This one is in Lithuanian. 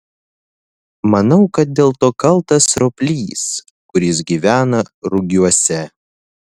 manau kad dėl to kaltas roplys kuris gyvena rugiuose